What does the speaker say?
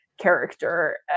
character